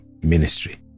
ministry